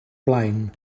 blaen